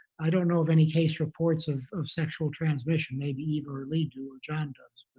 i don't know of any case reports of of sexual transmission. maybe eva or lee do, or john does,